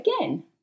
again